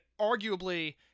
arguably